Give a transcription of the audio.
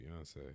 Beyonce